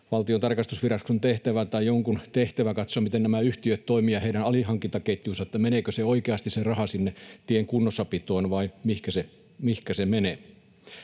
Valtion tarkastusviraston tehtävä tai jonkun muun tehtävä katsoa — miten nämä yhtiöt toimivat, ja heidän alihankintaketjunsa, että meneekö se raha oikeasti sinne tien kunnossapitoon vai mihinkä se menee.